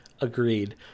Agreed